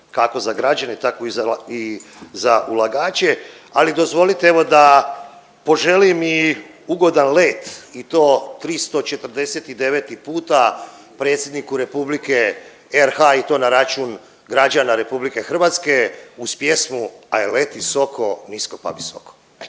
kako za građane, tako i za ulagače. Ali dozvolite evo da poželim i ugodan let i to 349 puta predsjedniku Republike RH i to na račun građana Republike Hrvatske uz pjesmu „Ajde leti soko nisko pa visoko“.